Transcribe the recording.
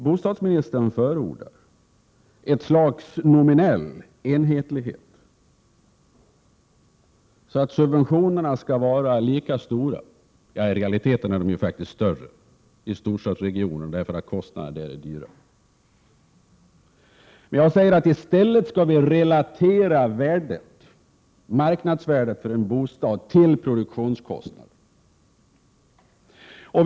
Bostadsministern förordar ett slags nominell enhetlighet som innebär att subventionerna skall vara lika stora överallt — i realiteten är de ju faktiskt större i storstadsregionerna, eftersom kostnaderna där är högre. Jag anser att mani stället skall relatera marknadsvärdet för en bostad till produktionskostnaden.